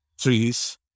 trees